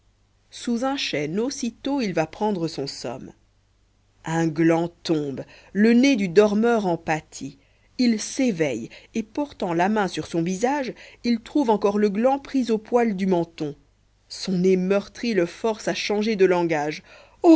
sous un chêne aussitôt il va prendre son somme un gland tombe le nez du dormeur en pâtit il s'éveille et portant la main sur son visage il trouve encor le gland pris au poil du menton son nez meurtri le force à changer de langage